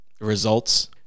results